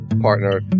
partner